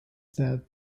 that